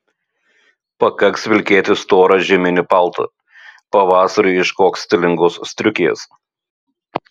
pakaks vilkėti storą žieminį paltą pavasariui ieškok stilingos striukės